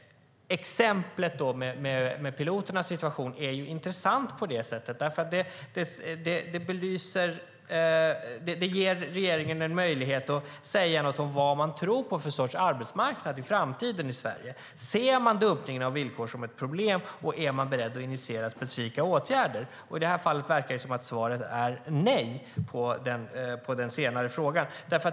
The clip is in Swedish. Exemplet med piloternas situation är intressant. Det ger regeringen en möjlighet att säga vad man tror på för sorts arbetsmarknad i framtiden i Sverige. Ser man dumpningen av villkoren som ett problem? Är man beredd att initiera specifika åtgärder? I det här fallet verkar det som att svaret är nej på den senare frågan.